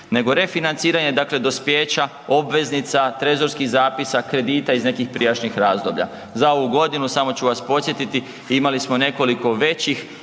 nego refinanciranje dakle dospijeća obveznica, trezorskih zapisa, kredita iz nekih prijašnjih razdoblja. Za ovu godinu, samo ću vas podsjetiti imali smo nekoliko većih,